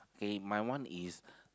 okay my one is